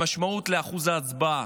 המשמעות של אחוז ההצבעה.